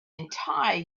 entire